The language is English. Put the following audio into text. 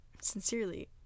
sincerely